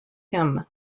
him